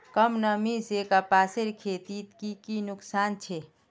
कम नमी से कपासेर खेतीत की की नुकसान छे?